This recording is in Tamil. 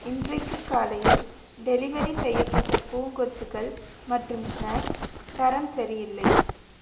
இன்றைக்கு காலையில் டெலிவரி செய்யப்பட்ட பூங்கொத்துகள் மற்றும் ஸ்நாக்ஸ் தரம் சரியில்லை